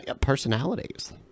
personalities